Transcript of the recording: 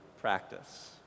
practice